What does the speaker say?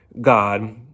God